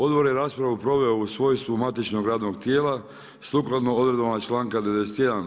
Odbor je raspravu proveo u svojstvu matičnog radnog tijela, sukladno odredbama članka 91.